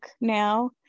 now